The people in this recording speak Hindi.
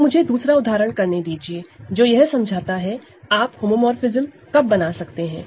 अब मुझे दूसरा उदाहरण करने दीजिए जो यह समझाता है आप होमोमोरफ़िज्म कब बना सकते हैं